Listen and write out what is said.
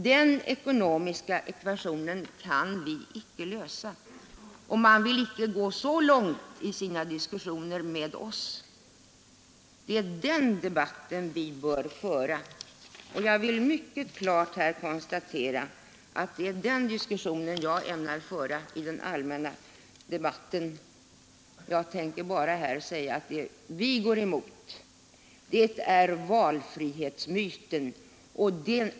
Den ekonomiska ekvationen kan vi icke lösa. Man vill icke gå så långt i sina diskussioner med oss, men det är den debatten vi bör föra. Jag vill mycket klart deklarera att det är den diskussionen jag ämnar föra i den allmänpolitiska debatten. Jag tänker här bara säga att vi går emot valfrihetsmyten.